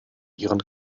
ihren